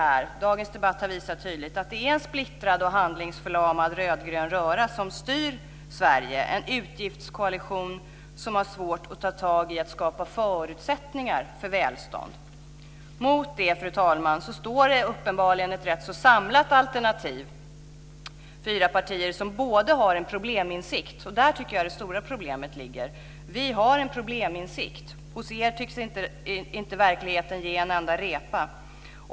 Dagens debatt har tydligt visat att det är en splittrad och handlingsförlamad rödgrön röra som styr Sverige, en utgiftskoalition som har svårt att ta tag i att skapa förutsättningar för välstånd. Mot det, fru talman, står uppenbarligen ett rätt samlat alternativ - fyra partier som har en probleminsikt. Där tycker jag att det stora problemet ligger. Vi har en probleminsikt, men hos er tycks verkligheten inte ge en enda repa.